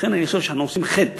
לכן אני חושב שאנחנו עושים חטא